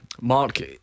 Mark